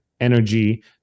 energy